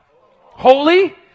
Holy